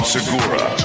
Segura